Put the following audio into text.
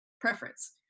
preference